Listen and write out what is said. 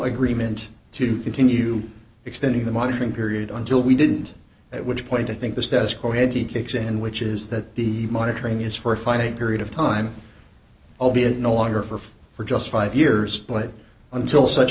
agreement to continue extending the monitoring period until we didn't at which point i think the status quo had to take sandwiches that the monitoring is for a finite period of time albeit no longer for for just five years but until such